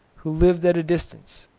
who lived at a distance